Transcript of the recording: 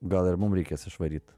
gal ir mum reikės išvaryt